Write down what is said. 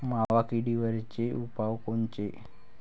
मावा किडीवरचे उपाव कोनचे?